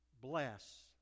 bless